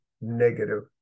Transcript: negative